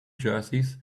jerseys